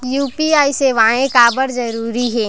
UPI सेवाएं काबर जरूरी हे?